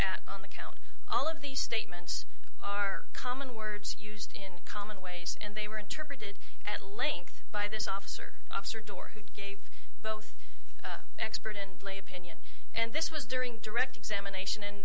at on the count all of these statements are common words used in common ways and they were interpreted at length by this officer officer door who gave both expert and lay opinion and this was during direct examination and